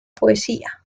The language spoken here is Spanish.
poesía